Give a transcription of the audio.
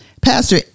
Pastor